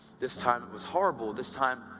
this time, it was horrible. this time,